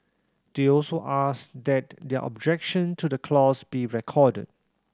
they also asked that their objection to the clause be recorded